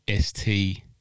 ST